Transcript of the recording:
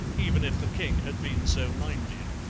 even if the king had been so minded,